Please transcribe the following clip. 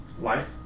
Life